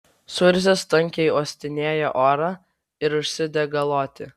suirzęs tankiai uostinėja orą ir užsidega loti